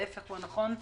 ההפך הוא הנכון.